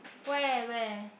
where where